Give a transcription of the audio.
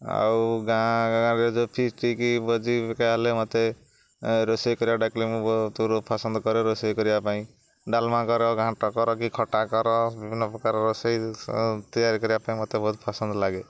ଆଉ ଗାଁ ଗାଁରେ ଯେଉଁ ଫିଷ୍ଟ୍ କି ବୋଜି ବିକା ହେଲେ ମତେ ରୋଷେଇ କରିବା ଡାକିଲ ମୁଁ ବହୁତ ପସନ୍ଦ କରେ ରୋଷେଇ କରିବା ପାଇଁ ଡାଲମା କର ଘାଣ୍ଟ କର କି ଖଟା କର ବିଭିନ୍ନ ପ୍ରକାର ରୋଷେଇ ତିଆରି କରିବା ପାଇଁ ମତେ ବହୁତ ପସନ୍ଦ ଲାଗେ